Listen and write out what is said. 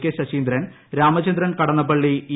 K Saseendran Ramachandran Kadannappalli E